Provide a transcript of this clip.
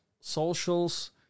socials